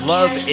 Love